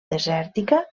desèrtica